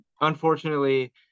Unfortunately